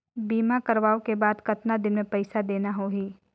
बीमा करवाओ के बाद कतना दिन मे पइसा देना हो ही?